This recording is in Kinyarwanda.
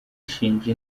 ishinja